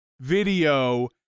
video